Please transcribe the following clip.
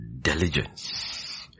diligence